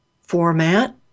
format